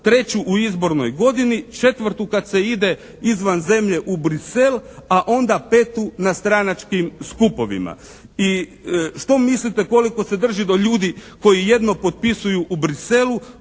treću u izbornoj godini, četvrtu kad se ide izvan zemlje u Bruxelles, a onda petu na stranačkim skupovima. I što mislite koliko se drži do ljudi koji jedno potpisuju u Bruxellesu,